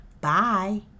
Bye